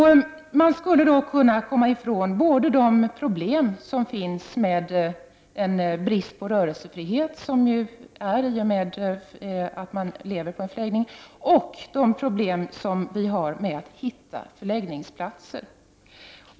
Man skulle då kunna komma ifrån både problemet med brist på rörelsefrihet vid vistelsen på en förläggning och problemet med att hitta förläggningsplatser.